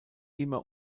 immer